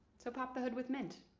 so pop the hood with mint.